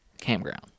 campground